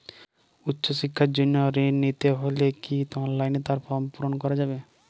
উচ্চশিক্ষার জন্য ঋণ নিতে হলে কি অনলাইনে তার ফর্ম পূরণ করা যাবে?